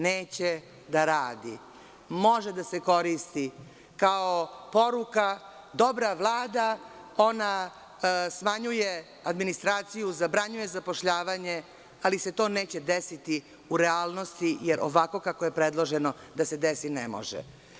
Neće da radi, može da se koristi kao poruka dobra Vlada, ona smanjuje administraciju, zabranjuje zapošljavanje, ali se to neće desiti u realnosti, jer ovako kako je predloženo da se desi ne može.